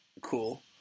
cool